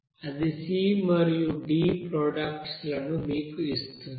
అది C మరియు D products లను మీకు ఇస్తుంది